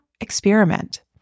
experiment